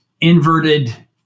inverted